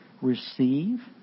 receive